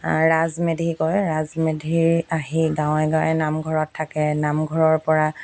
ৰাজমেধি কয় ৰাজমেধি আহি গাঁৱে গাঁৱে নামঘৰত থাকে নামঘৰৰ পৰা